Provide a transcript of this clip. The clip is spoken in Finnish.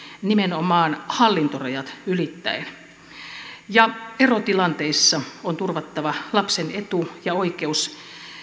nimenomaan hallintorajat ylittäen erotilanteissa on turvattava lapsen etu ja oikeus